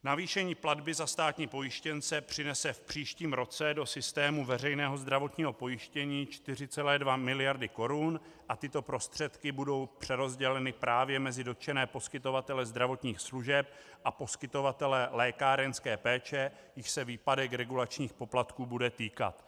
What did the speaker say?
Navýšení platby za státní pojištěnce přinese v příštím roce do systému veřejného zdravotního pojištění 4,2 miliardy korun a tyto prostředky budou přerozděleny právě mezi dotčené poskytovatele zdravotních služeb a poskytovatele lékárenské péče, jichž se výpadek regulačních poplatků bude týkat.